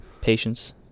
Patience